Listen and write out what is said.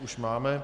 Už máme.